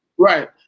Right